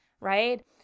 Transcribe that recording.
Right